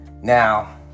Now